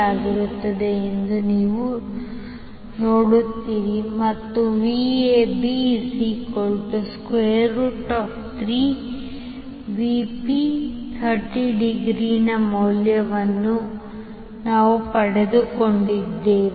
ಆಗಿರುತ್ತದೆ ಎಂದು ನೀವು ನೋಡುತ್ತೀರಿ ಮತ್ತು Vab3Vp∠30° ನ ಮೌಲ್ಯವನ್ನು ನಾವು ಪಡೆದುಕೊಂಡಿದ್ದೇವೆ